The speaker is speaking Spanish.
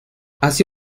así